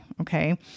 Okay